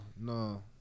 No